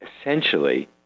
essentially